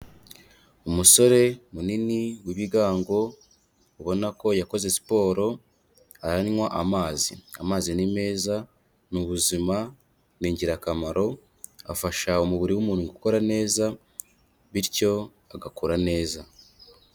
Umusore munini w'ibigango, ubona ko yakoze siporo, aranywa amazi, amazi ni meza, ni ubuzima, ni ingirakamaro, afasha umubiri w'umuntu gukora neza, bityo agakura neza.